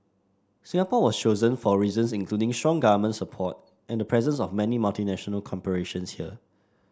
Singapore was chosen for reasons including strong government support and the presence of many multinational corporations here